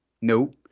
nope